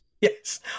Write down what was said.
yes